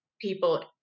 people